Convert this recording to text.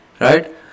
right